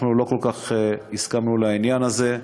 אנחנו לא כל כך הסכמנו לעניין הזה.